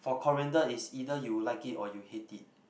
for coriander is either you like it or you hate it